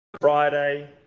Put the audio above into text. Friday